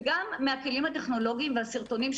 וגם מהכלים הטכנולוגיים והסרטונים,